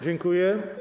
Dziękuję.